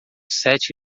sete